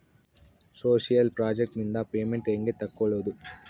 Social project ನಿಂದ payment ಹೆಂಗೆ ತಕ್ಕೊಳ್ಳದು?